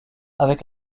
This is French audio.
avec